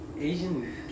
Asian